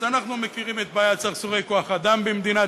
אז אנחנו מכירים את בעיית סרסורי כוח-האדם במדינת